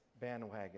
bandwagon